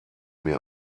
mir